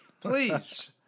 Please